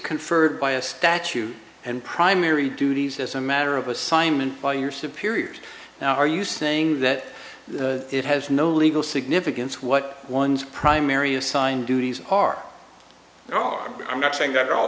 conferred by a statute and primary duties as a matter of assignment by your superiors now are you saying that it has no legal significance what one's primary assigned duties are there are i'm not saying that all